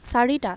চাৰিটা